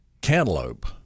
cantaloupe